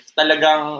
talagang